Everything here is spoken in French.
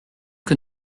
que